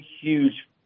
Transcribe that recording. huge